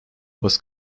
was